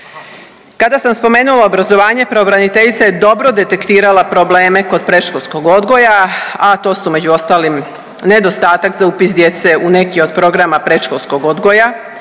Kada sam spomenula obrazovanje pravobraniteljica je dobro detektirala probleme kod predškolskog odgoja, a to su među ostalim nedostatak za upis djece u neki od programa predškolskog odgoja,